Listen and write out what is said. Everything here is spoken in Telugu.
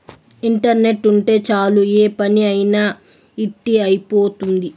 ఇంటర్నెట్ ఉంటే చాలు ఏ పని అయినా ఇట్టి అయిపోతుంది